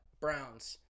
Browns